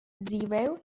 zero